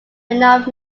enough